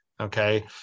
Okay